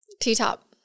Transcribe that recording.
T-top